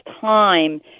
time